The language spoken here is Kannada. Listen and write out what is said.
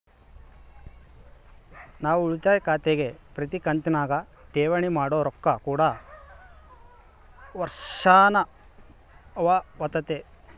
ನಾವು ಉಳಿತಾಯ ಖಾತೆಗೆ ಪ್ರತಿ ಕಂತಿನಗ ಠೇವಣಿ ಮಾಡೊ ರೊಕ್ಕ ಕೂಡ ವರ್ಷಾಶನವಾತತೆ